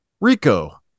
Rico